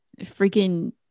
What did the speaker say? freaking